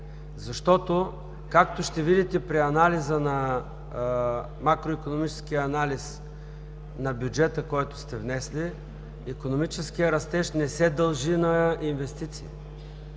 защото, както ще видите при макроикономическия анализ на бюджета, който сте внесли, икономическият растеж не се дължи на инвестиции.